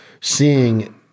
seeing